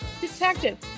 Detective